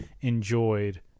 enjoyed